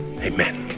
amen